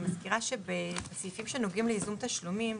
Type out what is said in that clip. אני מזכירה שבסעיפים שנוגעים לייזום תשלומים,